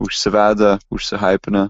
užsivedę užsihaipinę